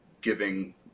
giving